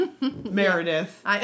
Meredith